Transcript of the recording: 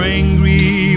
angry